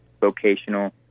vocational